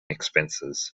expenses